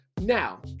Now